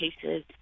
cases